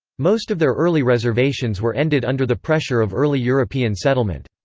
most of their early reservations were ended under the pressure of early european settlement.